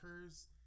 occurs